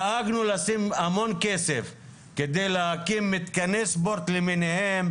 דאגנו לשים המון כסף כדי להקים מתקני ספורט למיניהם,